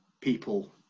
people